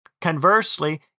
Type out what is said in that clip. Conversely